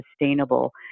sustainable